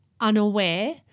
unaware